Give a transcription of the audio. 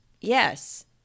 Yes